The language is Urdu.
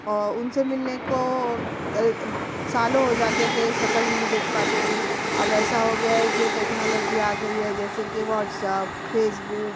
اور ان سے ملنے کو سالوں ہوجاتے تھے شکل نہیں دیکھ پاتے تھے اب ایسا ہوگیا ہے جو ٹکنالوجی آ گئی ہے جیسے کہ واٹس اپ فیس بک